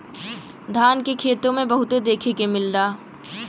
धान के खेते में बहुते देखे के मिलेला